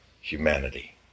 humanity